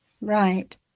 Right